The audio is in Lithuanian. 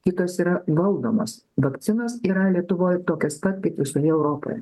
kitos yra valdomos vakcinos yra lietuvoj tokios pat kaip visoje europoje